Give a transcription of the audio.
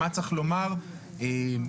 מה צריך לומר וכולי.